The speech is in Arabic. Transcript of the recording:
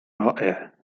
رائع